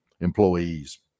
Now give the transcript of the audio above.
employees